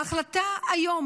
ההחלטה היום,